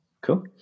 cool